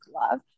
love